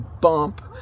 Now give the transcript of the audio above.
bump